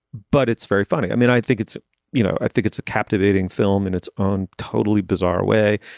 but it's very funny. i mean, i think it's you know, i think it's a captivating film in its own totally bizarre way.